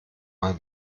mal